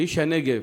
כאיש הנגב